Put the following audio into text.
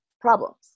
problems